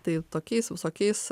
tai tokiais visokiais